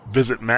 Visit